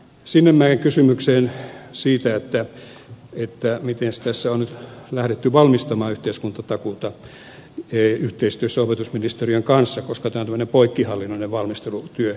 sinnemäen kysymykseen siitä miten tässä on nyt lähdetty valmistelemaan yhteiskuntatakuuta yhteistyössä opetusministeriön kanssa koska tämä on poikkihallinnollinen valmistelutyö